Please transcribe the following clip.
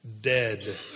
Dead